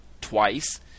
twice